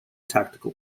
tactical